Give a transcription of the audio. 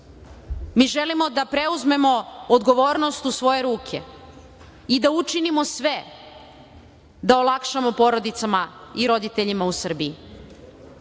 Mi želimo da preuzmemo odgovornost u svoje ruke i da učinimo sve da olakšamo porodicama i roditeljima u Srbiji. Godine